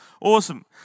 Awesome